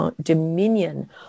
dominion